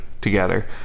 together